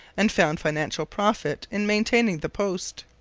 and found financial profit in maintaining the post.